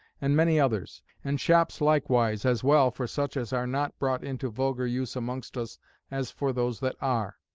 and, many others and shops likewise, as well for such as are not brought into vulgar use amongst us as for those that are.